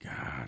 God